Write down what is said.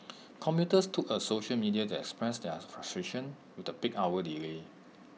commuters took A social media that express their frustration with the peak hour delay